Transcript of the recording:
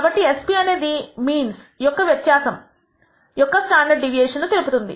కాబట్టి Sp అనేది means యొక్క వ్యత్యాసము యొక్క స్టాండర్డ్ డీవియేషన్ ను తెలుపుతుంది